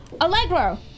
Allegro